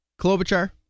Klobuchar